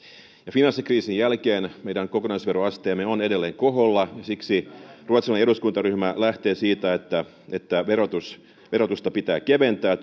finanssikriisin jälkeen meidän kokonaisveroasteemme on edelleen koholla ja siksi ruotsalainen eduskuntaryhmä lähtee siitä että että verotusta pitää keventää